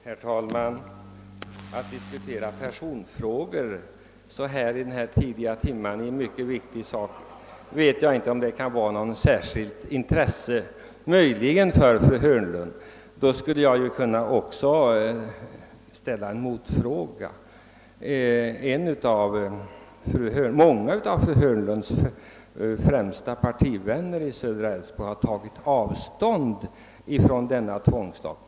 Herr talman! Att diskutera personfrågor om vem som sagt så eller så torde väl inte ha något särskilt intresse annat än möjligen för fru Hörnlund. Jag skulle kunna göra liknande påpekande till fru Hörnlund och hennes partivänner i södra Älvsborgs län, vilka har tagit avstånd från denna tvångslag.